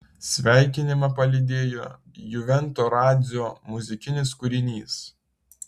sveikinimą palydėjo juvento radzio muzikinis kūrinys